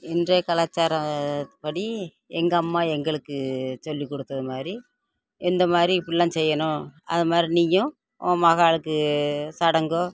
இன்றைய கலாச்சார படி எங்கே அம்மா எங்களுக்கு சொல்லிக் கொடுத்தது மாதிரி இந்த மாதிரி இப்படிலாம் செய்யணும் அது மாதிரி நீயும் உன் மகளுக்கு சடங்கோ